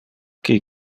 qui